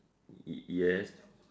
y~ yes